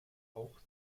auch